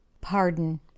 Pardon